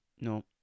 No